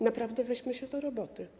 Naprawdę weźmy się do roboty.